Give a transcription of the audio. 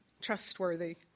trustworthy